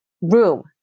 room